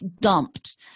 dumped